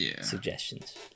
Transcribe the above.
suggestions